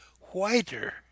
whiter